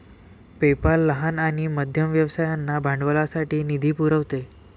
PayPal लहान आणि मध्यम व्यवसायांना भांडवलासाठी निधी पुरवते